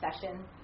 session